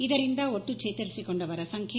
ಇದರಿಂದ ಒಟ್ನು ಚೇತರಿಸಿಕೊಂಡವರ ಸಂಖ್ಯೆ